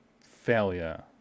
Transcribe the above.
failure